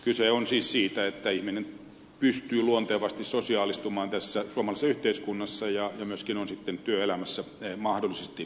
kyse on siis siitä että ihminen pystyy luontevasti sosiaalistumaan tässä suomalaisessa yhteiskunnassa ja myöskin on sitten työelämässä mahdollisesti mukana